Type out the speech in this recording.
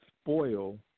spoil